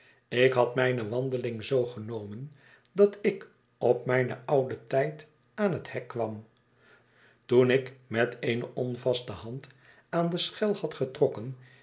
ik had mijne wandeling zoo genomen dat ik op mijn ouden tijd aan het hek kwam toen ik met eene onvaste hand aan de schei had getrokken